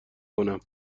کنم